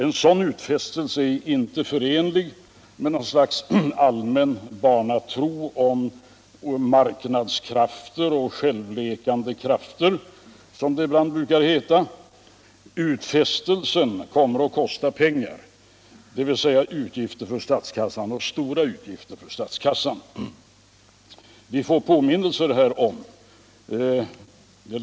En sådan utfästelse är inte förenlig med något slags allmän barnatro om marknadskrafter och självläkande krafter, som det ibland brukar heta. Utfästelserna kommer att kosta pengar, dvs. stora utgifter för statskassan.